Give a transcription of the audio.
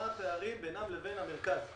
מה הפערים בינם לבין המרכז,